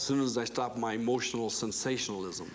soon as i stopped my emotional sensationalism